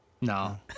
No